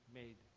made